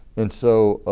and so